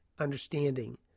Understanding